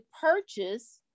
purchase